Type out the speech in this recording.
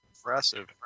impressive